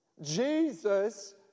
Jesus